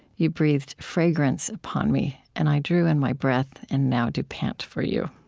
you breathed fragrance upon me, and i drew in my breath and now do pant for you.